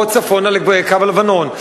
או צפונה לקו הלבנון,